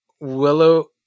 Willow